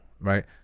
right